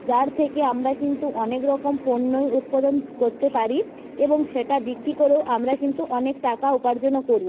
যার থেকে আমরা কিন্তু অনেক রকম পণ্যই উৎপাদন করতে পারি এবং সেটা বিক্রি করেও আমরা কিন্তু অনেক টাকা উপার্জনও করি